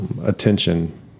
Attention